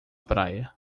praia